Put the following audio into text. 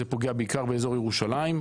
זה פוגע בעיקר באזור ירושלים,